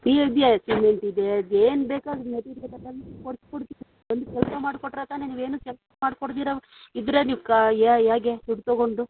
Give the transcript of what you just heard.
cement ಇದೆ ಅದು ಏನು ಬೇಕಾದ್ರೂ ಮೆಟೀರಿಯಲ್ ಎಲ್ಲ ತರ್ಸಿ ಕೊಡ್ತೀನಿ ನೀವು ಕೆಲಸ ಮಾಡ್ಕೊಟ್ಟರೆ ತಾನೇ ನೀವೇನು ಕೆಲಸ ಮಾಡಿ ಕೊಡದಿರ ಇದ್ದರೆ ನೀವು ಕ ಹೇಗೆ ದುಡ್ಡು ತೊಗೊಂಡು